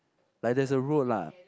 like there's a road lah